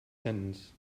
sentence